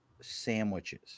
Sandwiches